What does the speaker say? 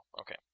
okay